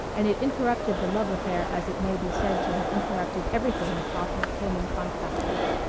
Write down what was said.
and it interrupted the love affair as it may be said to have interrupted everything its author came in contact with.